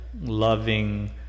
loving